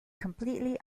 completely